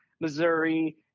Missouri